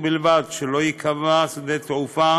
ובלבד שלא ייקבע שדה תעופה